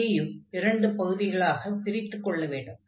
இங்கேயும் இரண்டு பகுதிகளாகப் பிரித்துக்கொள்ள வேண்டும்